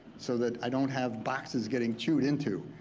so that i don't have boxes getting chewed into.